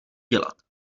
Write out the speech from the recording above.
dělat